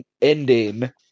ending